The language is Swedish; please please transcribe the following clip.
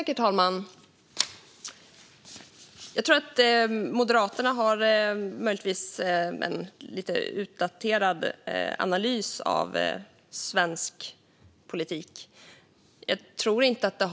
Herr talman! Moderaternas analys av svensk politik känns lite daterad.